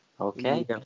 Okay